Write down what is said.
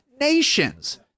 nations